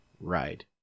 Ride